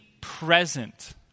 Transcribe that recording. present